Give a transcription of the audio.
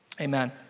Amen